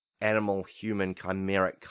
animal-human-chimeric